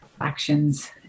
actions